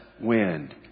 wind